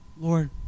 lord